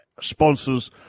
sponsors